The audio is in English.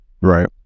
Right